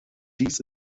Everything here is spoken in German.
dies